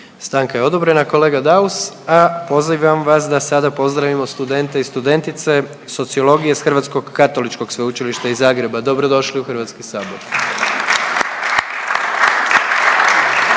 Stanka je odobrena kolega Daus. A pozivam vas da sada pozdravimo studente i studentice sociologije s HKS-a iz Zagreba, dobrodošli u HS /Pljesak/